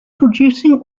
producing